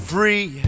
Free